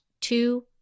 two